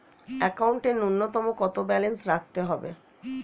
একাউন্টে নূন্যতম কত ব্যালেন্স রাখতে হবে?